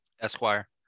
Esquire